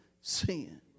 sin